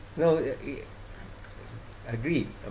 no it agreed